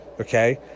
Okay